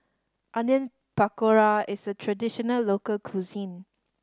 Onion Pakora is a traditional local cuisine